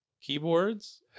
keyboards